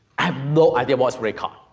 i have no idea what's rate card.